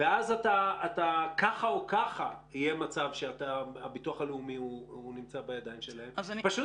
ואז ככה או ככה יהיה מצב שהביטוח הלאומי נמצא בידיים שלהם פשוט